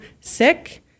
sick